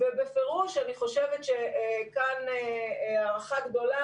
ובפירוש אני חושבת שכאן הערכה גדולה,